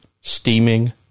Steaming